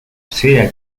sea